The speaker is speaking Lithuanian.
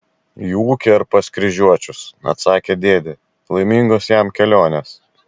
į ūkį ar pas kryžiuočius atsakė dėdė laimingos jam kelionės